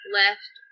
left